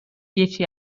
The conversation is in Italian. dieci